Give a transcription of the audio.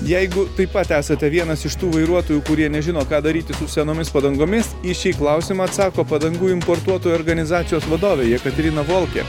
jeigu taip pat esate vienas iš tų vairuotojų kurie nežino ką daryti su senomis padangomis į šį klausimą atsako padangų importuotojų organizacijos vadovė jekaterina volkė